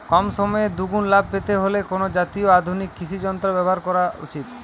কম সময়ে দুগুন লাভ পেতে কোন জাতীয় আধুনিক কৃষি যন্ত্র ব্যবহার করা উচিৎ?